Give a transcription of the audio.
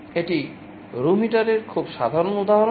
এটি রুম হিটারের খুব সাধারণ উদাহরণ